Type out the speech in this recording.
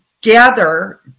gather